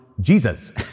Jesus